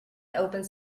opened